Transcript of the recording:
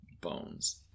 bones